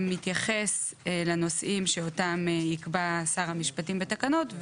שמתייחס לנושאים שאותם יקבע שר המשפטים בתקנות,